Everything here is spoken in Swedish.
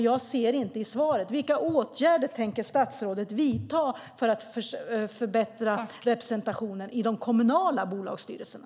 Jag ser inte i svaret vilka åtgärder statsrådet tänker vidta för att förbättra representationen i de kommunala bolagsstyrelserna.